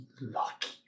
lucky